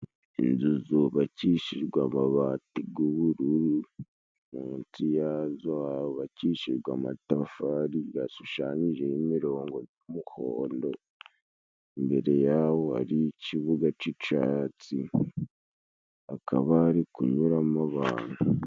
Inzu zubakishijwe amabati g'ubururu, mu nsi yazo hubakishijwe amatafari gashushanyijeho imirongo g'umuhondo, imbere yaho hari icibuga c'icatsi, hakaba hari kunyuramo abantu.